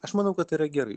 aš manau kad tai yra gerai